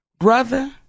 Brother